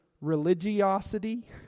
religiosity